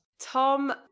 Tom